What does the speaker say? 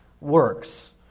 works